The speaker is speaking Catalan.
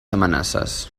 amenaces